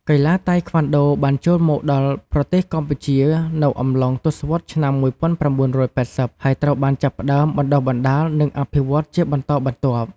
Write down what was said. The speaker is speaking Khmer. កីឡាតៃក្វាន់ដូបានចូលមកដល់ប្រទេសកម្ពុជានៅអំឡុងទសវត្សរ៍ឆ្នាំ ១៩៨០ ហើយត្រូវបានចាប់ផ្ដើមបណ្ដុះបណ្ដាល និងអភិវឌ្ឍជាបន្តបន្ទាប់។